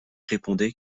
répondit